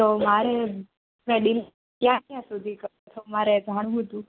તો મારે વેડિંગ ક્યાં ક્યાં સુધી કરો છો મારે જાણવું તું